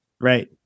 Right